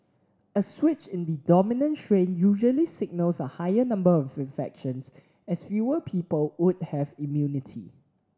a switch in the dominant strain usually signals a higher number of infections as fewer people would have immunity